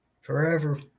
forever